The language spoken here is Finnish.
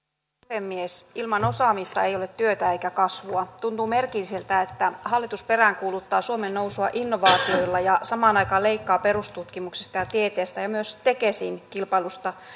puhemies ilman osaamista ei ole työtä eikä kasvua tuntuu merkilliseltä että hallitus peräänkuuluttaa suomen nousua innovaatioilla ja samaan aikaan leikkaa perustutkimuksesta ja tieteestä ja myös tekesin kilpaillusta